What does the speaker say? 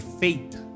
faith